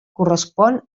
correspon